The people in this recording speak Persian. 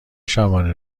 شبانه